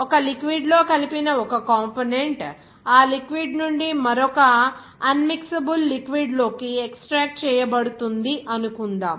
ఒక లిక్విడ్ లో కలిపిన ఒక కంపోనెంట్ ఆ లిక్విడ్ నుండి మరొక అన్ మిక్సబుల్ లిక్విడ్ లోకి ఎక్స్ట్రాక్ట్ చేయబడుతుంది అనుకుందాం